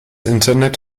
internet